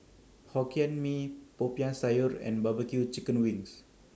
Hokkien Mee Popiah Sayur and Barbecue Chicken Wings